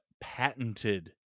patented